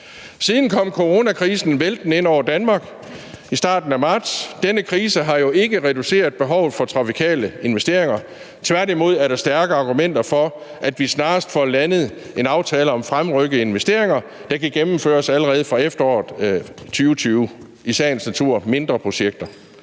Siden kom coronakrisen væltende ind over Danmark i starten af marts. Denne krise har jo ikke reduceret behovet for trafikale investeringer; tværtimod er der stærke argumenter for, at vi snarest får landet en aftale om at fremrykke investeringer, der kan gennemføres allerede fra efteråret 2020 – i sagens natur mindre projekter.